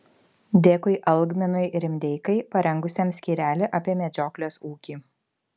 dėkui algminui rimdeikai parengusiam skyrelį apie medžioklės ūkį